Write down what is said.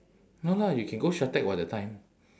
no lah you can go shatec [what] that time